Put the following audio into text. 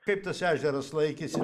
kaip tas ežeras laikėsi